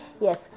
Yes